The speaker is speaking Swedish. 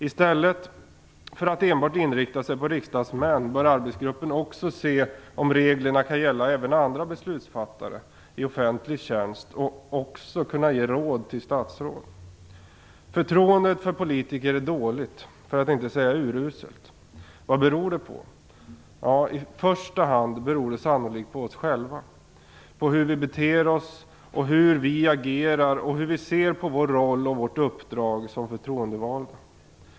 I stället för att enbart inrikta sig på riksdagsmän bör arbetsgruppen också se om reglerna kan gälla andra beslutsfattare i offentlig tjänst, och man bör också kunna ge råd till statsråd. Förtroendet för politiker är dåligt, för att inte säga uruselt. Vad beror det på? I första hand beror det sannolikt på oss själva, på hur vi beter oss, agerar och ser på vår roll och vårt uppdrag som förtroendevalda.